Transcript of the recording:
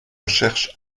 cherche